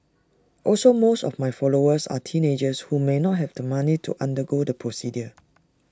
also most of my followers are teenagers who may not have the money to undergo the procedure